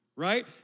right